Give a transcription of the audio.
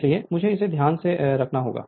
इसलिए मुझे इसे ध्यान में रखना होगा